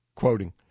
Quoting